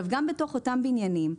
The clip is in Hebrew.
גם בתוך אותם בניינים,